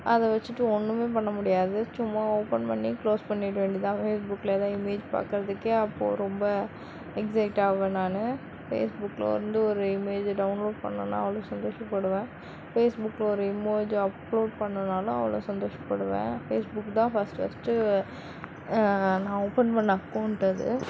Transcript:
அதை வச்சுட்டு ஒன்றுமே பண்ணமுடியாது சும்மா ஓப்பன் பண்ணி குளோஸ் பண்ணிவிட வேண்டியதான் ஃபேஸ்புக்கில் ஏதாவது இமேஜ் பாக்கிறதுக்கே அப்போது ரொம்ப எக்ஸைட்டாக ஆவேன் நான் ஃபேஸ்புக்லேருந்து ஒரு இமேஜை டவுன்லோட் பண்ணேனா அவ்வளோ சந்தோஷப்படுவேன் ஃபேஸ்புக்கில் ஒரு இமேஜ் அப்லோடு பண்ணினாலும் அவ்வளோ சந்தோஷப்படுவேன் ஃபேஸ்புக்தான் ஃபர்ஸ்ட்டு ஃபர்ஸ்ட்டு நான் ஓப்பன் பண்ண அக்கௌண்ட் அது